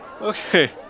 Okay